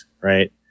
Right